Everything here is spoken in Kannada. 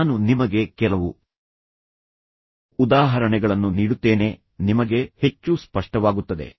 ನಾನು ನಿಮಗೆ ಕೆಲವು ಉದಾಹರಣೆಗಳನ್ನು ನೀಡುತ್ತೇನೆ ನಿಮಗೆ ಹೆಚ್ಚು ಸ್ಪಷ್ಟವಾಗುತ್ತದೆ